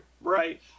Right